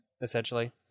essentially